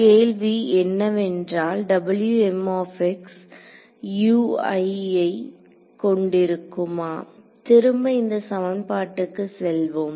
கேள்வி என்னவென்றால் ஐ கொண்டிருக்குமா திரும்ப இந்த சமன்பாட்டுக்கு செல்வோம்